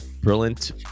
Brilliant